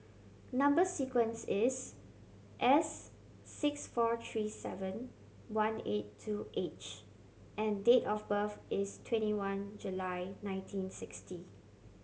number sequence is S six four three seven one eight two H and date of birth is twenty one July nineteen sixty